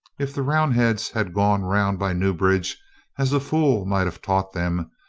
if the round heads had gone round by newbridge as a fool might have taught them,